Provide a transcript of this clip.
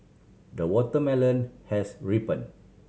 the watermelon has ripen